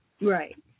right